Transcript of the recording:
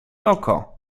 oko